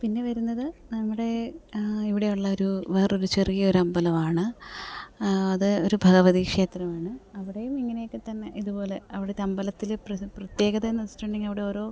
പിന്നെ വരുന്നത് നമ്മുടെ ഇവിടെയുള്ള ഒരു വേറൊരു ചെറിയ ഒരു അമ്പലമാണ് അത് ഒരു ഭഗവതി ക്ഷേത്രം ആണ് അവിടെയും ഇങ്ങനെയൊക്കെ തന്നെ ഇതുപോലെ അവിടുത്തെ അമ്പലത്തിലെ പ്രത്യേകത എന്ന് വെച്ചിട്ടുണ്ടെങ്കിൽ അവിടെ ഓരോ